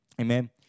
Amen